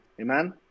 Amen